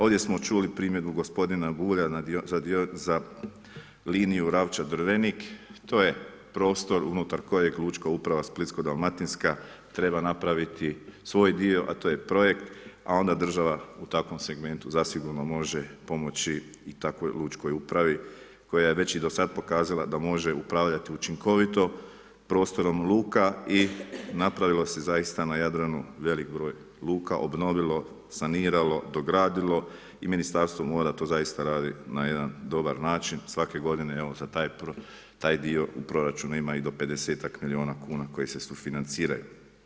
Ovdje smo čuli primjedbu gospodina Bulja za liniju Ravča-Drvenik, to je prostor unutar kojeg Lučka uprava Splitsko-dalmatinska treba napraviti svoj dio a to je projekt a onda država u takvom segmentu zasigurno može pomoći i takvoj lučkoj upravi koja je već i do sad pokazala da može upravljati učinkovito, prostorom luka i napravilo se zaista na Jadranu velik broj luka, obnovilo, saniralo, dogradilo i Ministarstvo mora to zaista radi na jedan dobar način, svake godine za taj dio u proračunu ima i do pedesetak milijuna kuna koji se sufinanciraju.